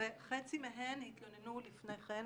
וחצי מהן התלוננו לפני כן במשטרה.